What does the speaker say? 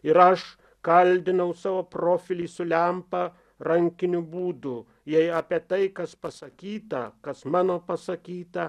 ir aš kaldinau savo profilį su lempa rankiniu būdu jei apie tai kas pasakyta kas mano pasakyta